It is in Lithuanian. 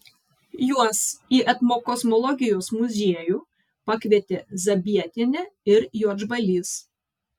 juos į etnokosmologijos muziejų pakvietė zabietienė ir juodžbalys